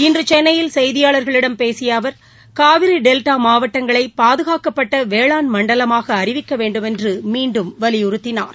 இன்று சென்னையில் செய்தியாளர்களிடம் பேசிய அவர் மாவட்டங்களை பாதுகாக்கப்பட்ட வேளாண் மண்டலமாக அறிவிக்க வேண்டுமென்று மீண்டும் வலியுறுத்தினார்